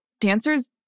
dancers